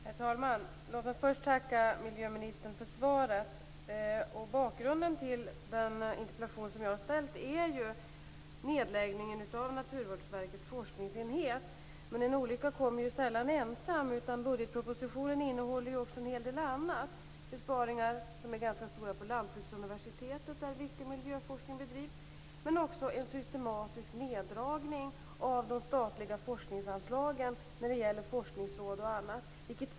Herr talman! Låt mig först tacka miljöministern för svaret. Bakgrunden till den interpellation som jag har ställt är ju nedläggningen av Naturvårdsverkets forskningsenhet. Men en olycka kommer ju sällan ensam. Budgetpropositionen innehåller också en hel del annat. Det gäller t.ex. ganska stora besparingar på lantbruksuniversitet, där viktig miljöforskning bedrivs. Men det gäller också en systematisk neddragning av de statliga forskningsanslagen när det gäller forskningsråd och annat.